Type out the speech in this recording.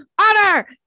Honor